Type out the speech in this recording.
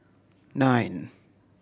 nine